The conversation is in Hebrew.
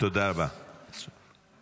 תודה רבה, גברתי.